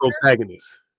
protagonist